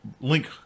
link